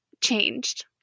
changed